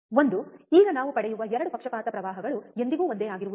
ಒಂದು ಈಗ ನಾವು ಪಡೆಯುವ 2 ಪಕ್ಷಪಾತ ಪ್ರವಾಹಗಳು ಎಂದಿಗೂ ಒಂದೇ ಆಗಿರುವುದಿಲ್ಲ